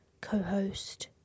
co-host